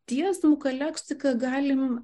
tiesmuką leksiką galim